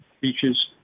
beaches